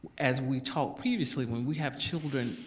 as we talked previously when we have children,